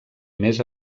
més